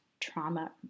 trauma